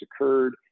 occurred